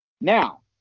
Now